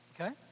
okay